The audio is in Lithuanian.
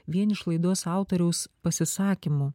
vien iš laidos autoriaus pasisakymų